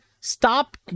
stop